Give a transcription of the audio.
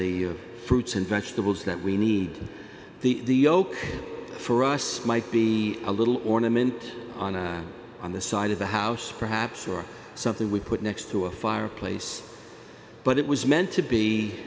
the fruits and vegetables that we need the hope for us might be a little ornament on the side of the house perhaps or something we put next to a fireplace but it was meant to be